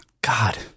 God